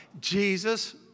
Jesus